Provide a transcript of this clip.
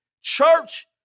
Church